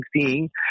seeing